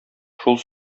шул